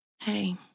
hey